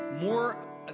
more